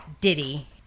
Diddy